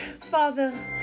Father